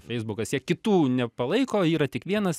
feisbukas jie kitų nepalaiko yra tik vienas